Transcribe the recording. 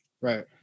Right